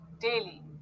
daily